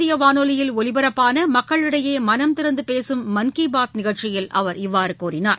இந்தியவானொலியில் ஒலிபரப்பானமக்களிடையேமனம் இன்றுஅகில திறந்தபேசும் மன் கீ பாத் நிகழ்ச்சியில் அவர் இவ்வாறுகூறினார்